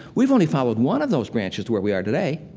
we've only followed one of those branches to where we are today.